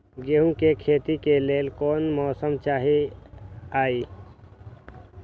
गेंहू के खेती के लेल कोन मौसम चाही अई?